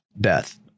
death